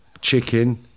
chicken